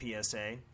PSA